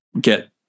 get